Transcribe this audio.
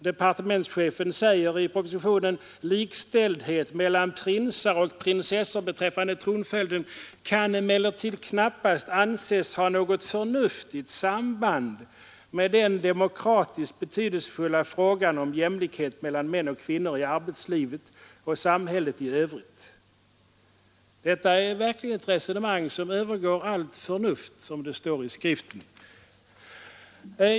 Departementschefen säger i propositionen: ”Likställdhet mellan prinsar och prinsessor beträffande tronföljden kan emellertid knappas anses ha något förnuftigt samband med den demokratiskt betydelsefulla frågan om jämlikhet mellan män och kvinnor i arbetslivet och samhället i övrigt.” Detta är verkligen ett resonemang som ”övergår allt förnuft”, som det står i Skriften.